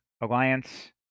Alliance